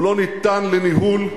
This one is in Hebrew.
הוא לא ניתן לניהול,